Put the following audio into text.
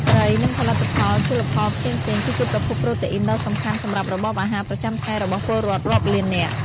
ត្រី និងផលិតផលជលផលផ្សេងៗ គឺជាប្រភពប្រូតេអ៊ីនដ៏សំខាន់សម្រាប់របបអាហារប្រចាំថ្ងៃរបស់ពលរដ្ឋរាប់លាននាក់។